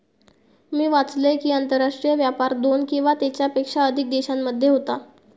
मी वाचलंय कि, आंतरराष्ट्रीय व्यापार दोन किंवा त्येच्यापेक्षा अधिक देशांमध्ये होता